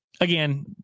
again